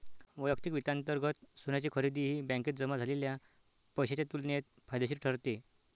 वैयक्तिक वित्तांतर्गत सोन्याची खरेदी ही बँकेत जमा झालेल्या पैशाच्या तुलनेत फायदेशीर ठरते